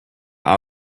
want